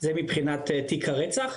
זה מבחינת תיק הרצח.